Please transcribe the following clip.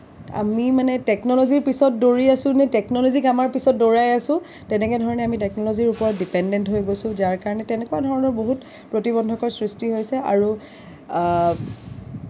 আমি মানে টেকন'ল'জীৰ পিছত দৌৰি আছোঁ নে টেকন'ল'জীক আমাৰ পিছত দৌৰাই আছোঁ তেনেকেধৰণে আমি টেকন'ল'জীৰ ওপৰত ডিপেনডেণ্ট হৈ আছোঁ যাৰ কাৰণে তেনেকুৱা ধৰণৰ বহুত প্ৰতিবন্ধকৰ সৃষ্টি হৈছে আৰু